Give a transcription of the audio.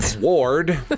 Ward